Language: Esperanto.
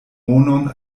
monon